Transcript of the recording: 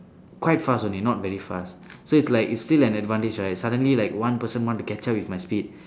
quite fast only not very fast so it's like it's still an advantage right suddenly like one person want to catch up with my speed